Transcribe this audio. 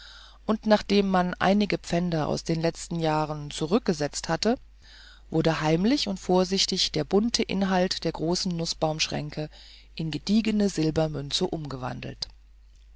und nachdem man einige pfänder aus den letzten jahren zurückgesetzt hatte wurde heimlich und vorsichtig der bunte inhalt der großen nußbaumschränke in gediegene silbermünzen umgewandelt